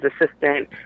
assistant